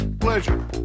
Pleasure